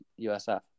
USF